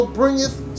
bringeth